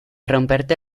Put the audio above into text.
romperte